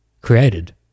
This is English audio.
created